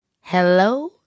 hello